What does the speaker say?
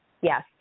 yes